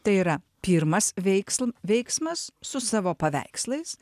tai yra pirmas veiksl veiksmas su savo paveikslais